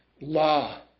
law